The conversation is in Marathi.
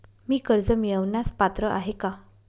मी कर्ज मिळवण्यास पात्र आहे का?